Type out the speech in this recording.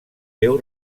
lleu